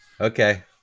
Okay